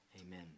Amen